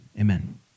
Amen